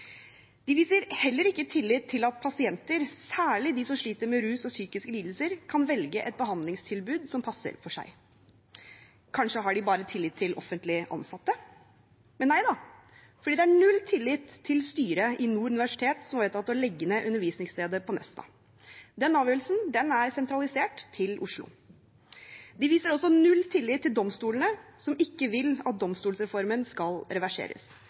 viser heller ikke tillit til at pasienter, særlig de som sliter med rus og psykiske lidelser, kan velge et behandlingstilbud som passer for dem. Kanskje har den bare tillit til offentlig ansatte? Nei da, den har null tillit til styret i Nord universitet, som har vedtatt å legge ned undervisningsstedet på Nesna. Den avgjørelsen er sentralisert til Oslo. Regjeringen viser også null tillit til domstolene, som ikke vil at domstolsreformen skal reverseres,